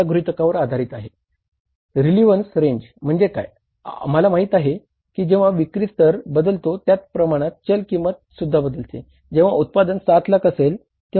जेव्हा उत्पादन 7 लाख असेल तेव्हा आपली चल किंमत इतकी असेल